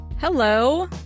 Hello